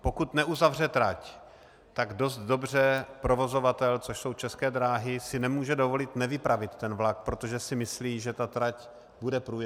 Pokud neuzavře trať, tak dost dobře provozovatel, což jsou České dráhy, si nemůže dovolit nevypravit vlak, protože si myslí, že trať bude průjezdná.